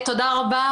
תודה רבה,